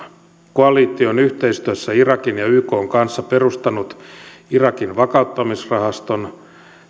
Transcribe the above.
koalitio on yhteistyössä irakin ja ykn kanssa perustanut irakin vakauttamisrahaston